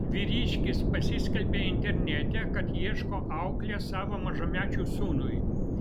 vyriškis pasiskelbė internete kad ieško auklės savo mažamečiui sūnui